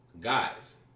guys